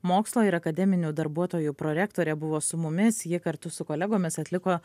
mokslo ir akademinių darbuotojų prorektorė buvo su mumis ji kartu su kolegomis atliko